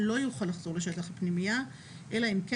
לא יוכל לחזור לשטח הפנימייה אלא אם כן